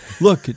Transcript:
Look